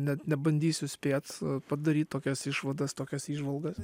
net nebandysiu spėt padaryt tokias išvadas tokias įžvalgas